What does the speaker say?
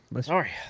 Sorry